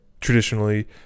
traditionally